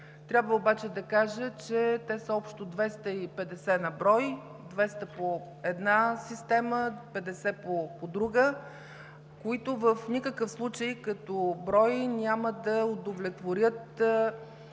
Трябва обаче да кажа, че те са общо 250 на брой – 200 по една система, 50 – по друга, които в никакъв случай като брой няма да удовлетворят